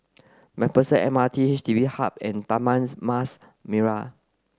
MacPherson M R T Station H D B Hub and Taman Mas Merah